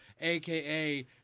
AKA